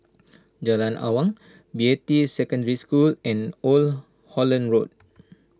Jalan Awang Beatty Secondary School and Old Holland Road